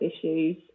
issues